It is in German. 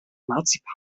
marzipan